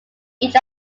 each